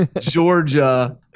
Georgia